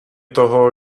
toho